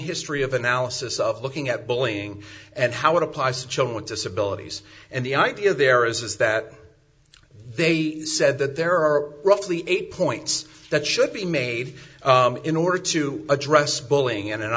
history of analysis of looking at bullying and how it applies to chill with disabilities and the idea there is that they said that there are roughly eight points that should be made in order to address boeing in an